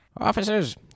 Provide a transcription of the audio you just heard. Officers